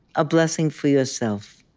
a blessing for yourself.